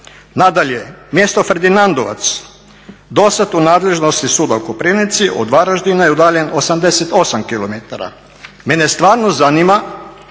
Nadalje, mjesto Ferdinandovac do sad u nadležnosti suda u Koprivnici od Varaždina je udaljen 88 km. Mene stvarno zanima